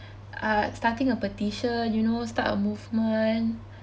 uh starting a petition you know start a movement